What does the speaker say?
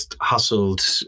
hustled